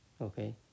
Okay